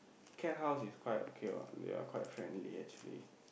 cat house is quite okay what they're quite friendly actually